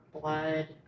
blood